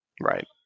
Right